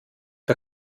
der